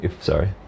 sorry